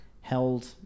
held